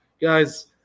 guys